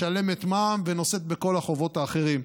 משלמת מע"מ ונושאת בכל החובות האחרות.